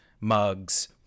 Mugs